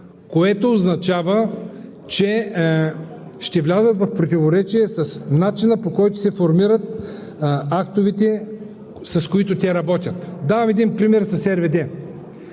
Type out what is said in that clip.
което означава, че ще влязат в противоречие с начина, по който се формират актовете, с които те работят. Давам един пример с